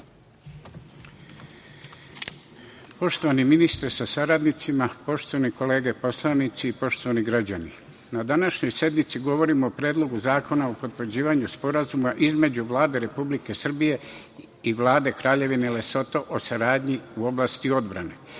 Poštovani ministre sa saradnicima, poštovane kolege poslanici, poštovani građani, na današnjoj sednici govorimo o Predlogu zakona o potvrđivanju Sporazuma između Vlade Republike Srbije i Vlade Kraljevine Lesoto o saradnji u oblasti odbrane.Za